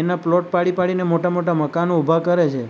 એના પ્લોટ પાડી પાડીને મોટા મોટા મકાનો ઊભા કરે છે